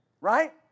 Right